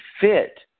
fit